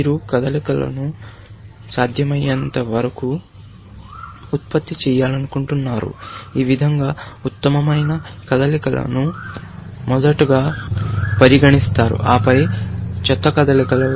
మీరు కదలికలను సాధ్యమైనంతవరకు ఉత్పత్తి చేయాలనుకుంటున్నారు ఈ విధంగా ఉత్తమమైన కదలికలను మొదటగా పరిగణిస్తారు ఆపై చెత్త కదలికలు